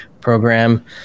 program